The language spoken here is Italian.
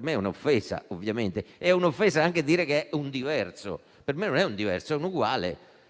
me è un offesa ovviamente ed è un'offesa anche dire che è un diverso. Per me non è un diverso; è un uguale,